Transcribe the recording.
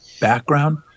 background